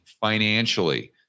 financially